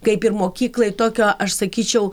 kaip ir mokyklai tokio aš sakyčiau